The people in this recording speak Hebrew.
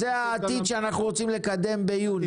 זה העתיד שאנחנו רוצים לקדם ביוני.